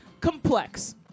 complex